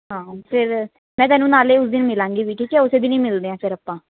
ਹਾਂ ਫਿਰ ਮੈਂ ਤੈਨੂੰ ਨਾਲੇ ਉਸ ਦਿਨ ਮਿਲਾਂਗੀ ਵੀ ਠੀਕ ਆ ਉਸ ਦਿਨ ਹੀ ਮਿਲਦੇ ਹਾਂ ਫਿਰ ਆਪਾਂ